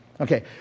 Okay